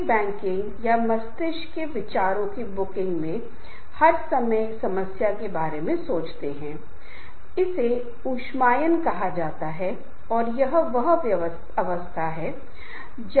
क्योंकि जीवन में सफलता और असफलता बहुत हद तक हमारे संचार व्यवहार पर निर्भर करती है इसके कई अन्य कारक भी हैं लेकिन कोई भी इस बात से इनकार नहीं कर सकता कि सफलता और असफलता काफी हद तक किसी के संचार व्यवहार पर निर्भर करती है